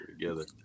together